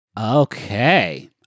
Okay